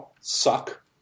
suck